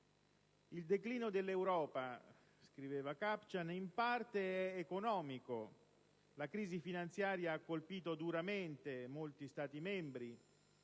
«Il declino dell'Europa» - scriveva Kupchan - «in parte è economico. La crisi finanziaria ha colpito duramente molti stati membri,